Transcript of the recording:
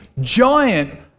giant